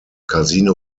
casino